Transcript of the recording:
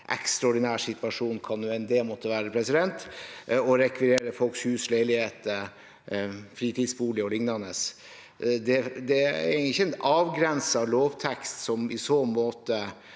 ekstraordinær situasjon – hva nå enn det måtte være – å rekvirere folks hus, leilighet, fritidsbolig o.l. Det er ikke en avgrenset lovtekst som i så måte